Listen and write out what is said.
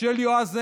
של יועז הנדל.